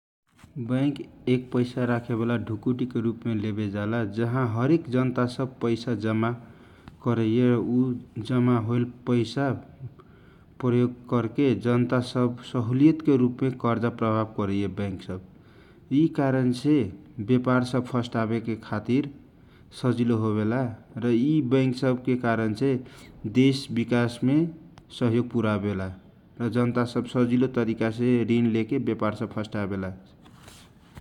बैक एक पैसा राखे बाला ढुकुटी के रूपमे लेवे जाला जाहाँ हरेक जनता सब पैसा जामा करेला ओकरा खातिर बैंक व्याज देवेला उ जामा होयल पैसा जनता सबके सहुलियत के रूपमे क कर्जा पैसा प्रभाव करेला बैंक सब यि कारणासे व्यापार सब फस्टावे के खातीर सजिलो होवेला यि वैक सबके कारण छे देश विकास मे सहयोग पुर्यावेला आ जनता सब सजिलो तरिका से रिण लेकर व्यापार सब फसटावेला ।